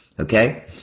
Okay